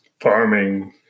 farming